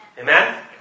Amen